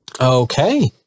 Okay